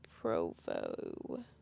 provo